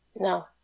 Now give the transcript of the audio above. No